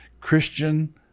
Christian